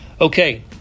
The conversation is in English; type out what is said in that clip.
Okay